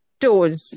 toes